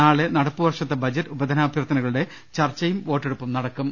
നാളെ നടപ്പുവർഷത്തെ ബഡ്ജറ്റ് ഉപധനാഭ്യർത്ഥനകളുടെ ചർച്ചയും വോട്ടെടുപ്പും നടക്കും